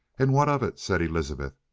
and what of it? said elizabeth.